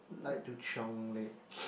like to chiong late